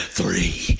Three